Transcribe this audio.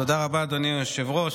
תודה רבה, אדוני היושב-ראש.